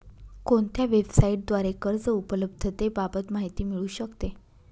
कोणत्या वेबसाईटद्वारे कर्ज उपलब्धतेबाबत माहिती मिळू शकते?